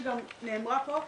שגם נאמרה פה,